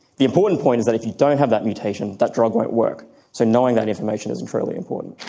the important point is that if you don't have that mutation, that drug won't work. so knowing that information is and truly important.